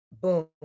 boom